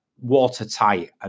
watertight